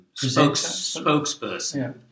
spokesperson